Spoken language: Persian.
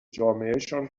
جامعهشان